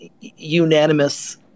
unanimous